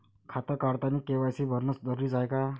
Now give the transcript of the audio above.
खातं काढतानी के.वाय.सी भरनं जरुरीच हाय का?